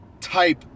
type